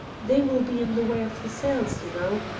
they will be in the way of the sails, you know.